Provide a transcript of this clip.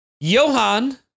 Johan